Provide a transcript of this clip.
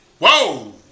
Whoa